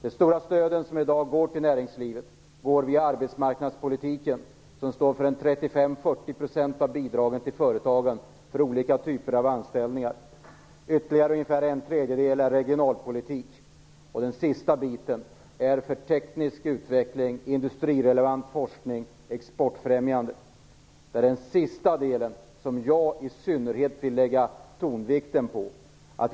De stora stöd som i dag går till näringslivet går via arbetsmarknadspolitiken, som står för 35-40 % av bidragen till företagen för olika typer av anställningar. Ytterligare ungefär en tredjedel är regionalpolitiskt bidrag. Den sista delen gäller teknisk utveckling, industrirelevant forskning och exportfrämjande, där jag i synnerhet vill lägga tonvikten på den sistnämnda.